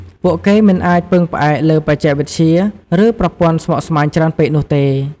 ពួកគេមិនអាចពឹងផ្អែកលើបច្ចេកវិទ្យា ឬប្រព័ន្ធស្មុគស្មាញច្រើនពេកនោះទេ។